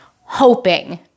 Hoping